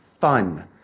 fun